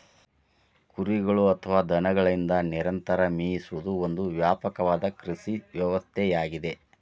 ಕುರಿಗಳು ಅಥವಾ ದನಗಳಿಂದ ನಿರಂತರ ಮೇಯಿಸುವುದು ಒಂದು ವ್ಯಾಪಕವಾದ ಕೃಷಿ ವ್ಯವಸ್ಥೆಯಾಗಿದೆ